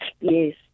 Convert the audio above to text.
Yes